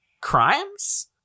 crimes